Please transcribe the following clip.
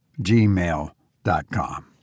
gmail.com